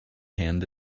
hand